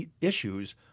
issues